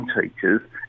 teachers